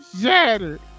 shattered